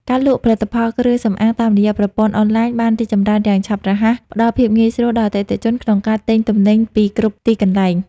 ការលក់ផលិតផលគ្រឿងសម្អាងតាមរយៈប្រព័ន្ធអនឡាញបានរីកចម្រើនយ៉ាងឆាប់រហ័ស ផ្ដល់ភាពងាយស្រួលដល់អតិថិជនក្នុងការទិញទំនិញពីគ្រប់ទីកន្លែង។